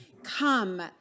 Come